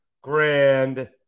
grand